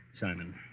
Simon